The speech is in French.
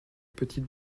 petite